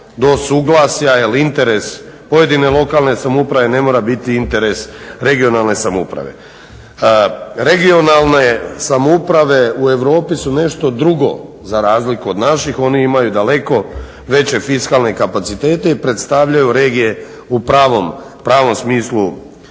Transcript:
do suglasja jer interes pojedine lokalne samouprave ne mora biti interes regionalne samouprave. Regionalne samouprave u Europi su nešto drugo za razliku od naših. Oni imaju daleko veće fiskalne kapacitete i predstavljaju regije u pravom smislu